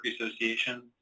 Association